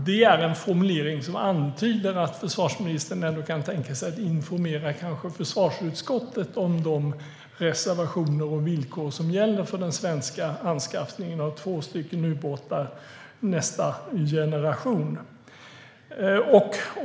Det är en formulering som antyder att försvarsministern ändå kanske kan tänka sig att informera försvarsutskottet om de reservationer och villkor som gäller för den svenska anskaffningen av två ubåtar av nästa generation.